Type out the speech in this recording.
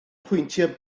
pwyntiau